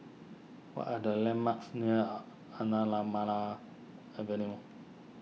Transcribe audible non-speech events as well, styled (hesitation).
what are the landmarks near (hesitation) (unintelligible) Avenue